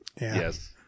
yes